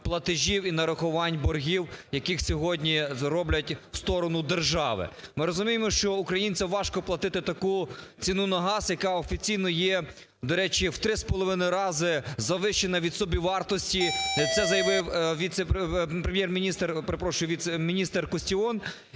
платежів і нарахувань боргів, які сьогодні зроблять в сторону держави. Ми розуміємо, що українцям важко платити таку ціну на газ, яка офіційно є, до речі, в 3,5 рази завищена від собівартості, це заявив